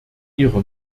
ihrer